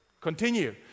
continue